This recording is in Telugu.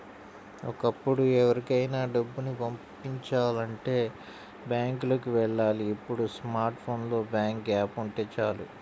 ఒకప్పుడు ఎవరికైనా డబ్బుని పంపిచాలంటే బ్యాంకులకి వెళ్ళాలి ఇప్పుడు స్మార్ట్ ఫోన్ లో బ్యాంకు యాప్ ఉంటే చాలు